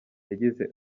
yagize